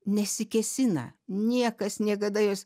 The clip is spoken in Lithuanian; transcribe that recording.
nesikėsina niekas niekada jos